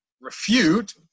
refute